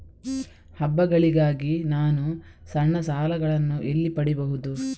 ಹಬ್ಬಗಳಿಗಾಗಿ ನಾನು ಸಣ್ಣ ಸಾಲಗಳನ್ನು ಎಲ್ಲಿ ಪಡಿಬಹುದು?